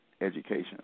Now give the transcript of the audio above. education